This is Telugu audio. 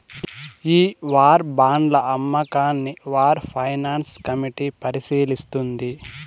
ఈ వార్ బాండ్ల అమ్మకాన్ని వార్ ఫైనాన్స్ కమిటీ పరిశీలిస్తుంది